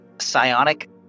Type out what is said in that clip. psionic